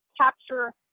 capture